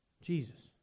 Jesus